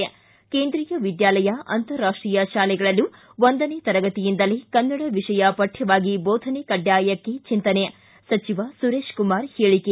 ್ಷಿ ಕೇಂದ್ರೀ ವಿದ್ಯಾಲಯ ಅಂತರರಾಷ್ಟೀಯ ಶಾಲೆಗಳಲ್ಲೂ ಒಂದನೇ ತರಗತಿಯಿಂದಲೇ ಕನ್ನಡ ವಿಷಯ ಪಠ್ಚವಾಗಿ ಬೋಧನೆ ಕಡ್ಡಾಯಕ್ಕೆ ಚಿಂತನೆ ಸಚಿವ ಸುರೇಶ ಕುಮಾರ್ ಹೇಳಿಕೆ